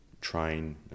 train